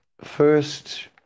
first